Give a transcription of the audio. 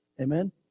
Amen